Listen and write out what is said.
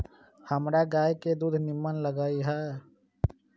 हमरा गाय के दूध निम्मन लगइय